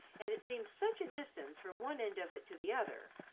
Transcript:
and it seemed such a distance from one end of it to the other,